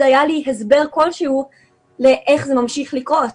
היה לי הסבר כלשהו איך זה ממשיך לקרות.